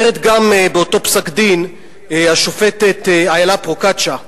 אומרת גם, באותו פסק-דין, השופטת אילה פרוקצ'יה,